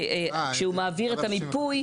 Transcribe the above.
הצענו שכשהוא מעביר את המיפוי,